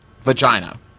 Vagina